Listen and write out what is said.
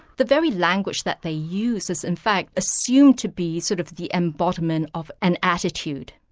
the very language that they use is in fact assumed to be sort of the embodiment of an attitude,